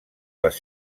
les